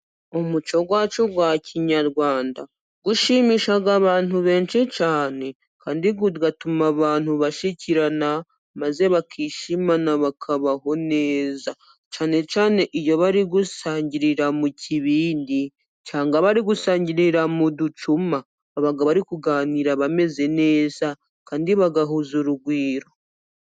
Umuco wacu wa kinyarwanda ushimisha abantu benshi cyane, kandi ugatuma abantu bashyikirana, maze bakishimana bakabaho neza cyane cyane iyo bari gusangirira mu kibindi cyangwa bari gusangirira mu ducuma, baba bari kuganira bameze neza, kandi bagahuza urugwiro.